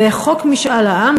וחוק משאל העם,